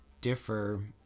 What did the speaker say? differ